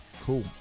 Cool